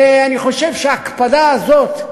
אני חושב שההקפדה הזאת,